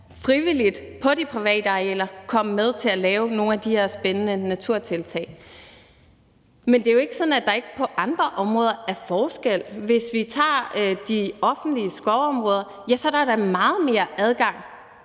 frivilligt på de private arealer kan komme med på at lave nogle af de her spændende naturtiltag. Men det er jo ikke sådan, at der ikke på andre områder er forskel. Hvis vi tager de offentlige skovområder, er der da meget mere adgang